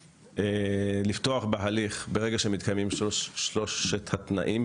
לפתוח בהליך ברגע שמתקיימים שלושת התנאים